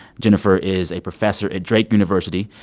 jennifer is a professor at drake university.